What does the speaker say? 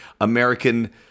American